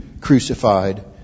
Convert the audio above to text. crucified